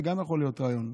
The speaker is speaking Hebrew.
זה גם יכול להיות רעיון.